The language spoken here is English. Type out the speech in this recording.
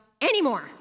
anymore